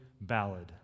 ballad